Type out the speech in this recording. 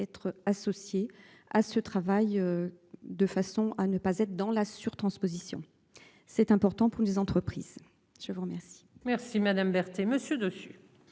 être associés à ce travail. De façon à ne pas être dans la surtransposition. C'est important pour les entreprises. Je vous remercie. Merci madame Berthe et monsieur dessus.